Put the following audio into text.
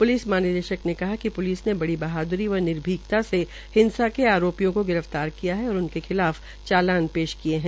police महानिदेशक ने कहा कि प्लिसने बड़ी बहाद्री व निर्भीकता से हिंसा के आरोपियों की गिरफ्तार किया है और उनके खिलाफ चालान पेश किये है